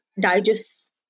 digest